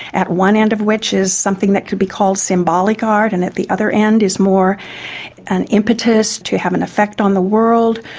at one end of which is something that could be called symbolic art and at the other end is more an impetus to have an effect on the world,